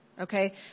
Okay